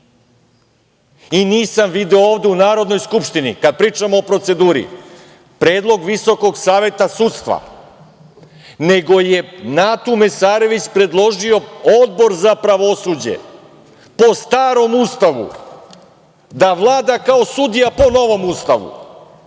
I nisam video ovde u Narodnoj skupštini, kad pričamo o proceduri predlog Visokog saveta sudstva, nego je Natu Mesarević predložio Odbor za pravosuđe po starom Ustavu, da vlada kao sudija po novom Ustavu